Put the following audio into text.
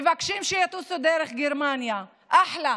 מבקשים שיטוסו דרך גרמניה, אחלה.